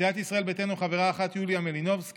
סיעת ישראל ביתנו, חברה אחת, יוליה מלינובסקי,